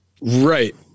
Right